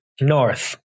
North